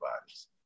bodies